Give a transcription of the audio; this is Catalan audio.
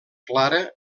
clara